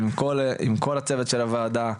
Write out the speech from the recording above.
עם כל הצוות של הוועדה,